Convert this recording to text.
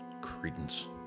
credence